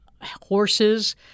horses